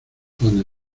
donde